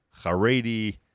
Haredi